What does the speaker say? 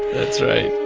that's right.